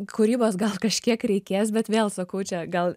kūrybos gal kažkiek reikės bet vėl sakau čia gal